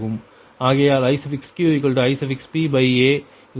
ஆகையால் Iq Ipa இது சமன்பாடு 79 ஆகும்